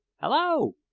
hallo!